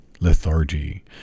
lethargy